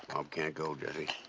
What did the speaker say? bob can't go, jesse.